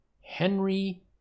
Henry